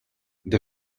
the